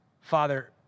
Father